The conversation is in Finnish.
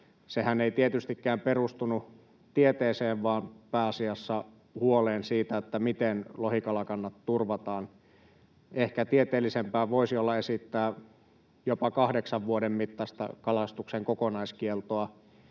Sehän ei tietystikään perustunut tieteeseen vaan pääasiassa huoleen siitä, miten lohikalakannat turvataan. Ehkä tieteellisempää voisi olla esittää jopa kahdeksan vuoden mittaista kalastuksen kokonaiskieltoa